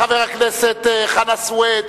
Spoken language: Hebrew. חבר הכנסת חנא סוייד,